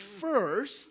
first